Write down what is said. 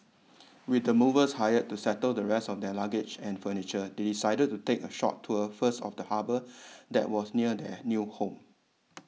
with the movers hired to settle the rest of their luggage and furniture they decided to take a short tour first of the harbour that was near their new home